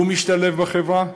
הוא משתלב בחברה,